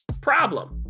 problem